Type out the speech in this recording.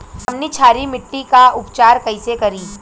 हमनी क्षारीय मिट्टी क उपचार कइसे करी?